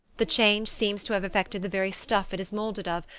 the change seems to have affected the very stuff it is moulded of,